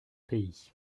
pays